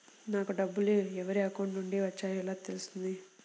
నాకు డబ్బులు ఎవరి అకౌంట్ నుండి వచ్చాయో ఎలా తెలుస్తుంది?